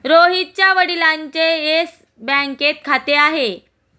रोहितच्या वडिलांचे येस बँकेत खाते आहे